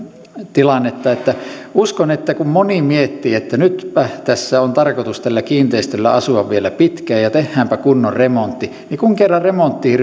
tilannetta uskon että kun moni miettii että nytpä tässä kiinteistössä on tarkoitus asua vielä pitkään ja tehdäänpä kunnon remontti niin kun kerran remonttiin